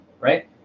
right